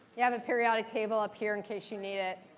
you have a periodic table up here in case you need it.